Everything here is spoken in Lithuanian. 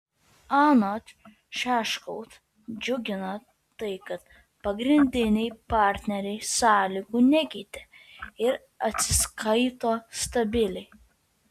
anot šiaškaus džiugina tai kad pagrindiniai partneriai sąlygų nekeitė ir atsiskaito stabiliai